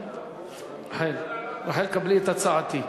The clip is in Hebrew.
רחל, קבלי את הצעתי.